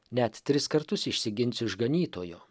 net tris kartus išsigins išganytojo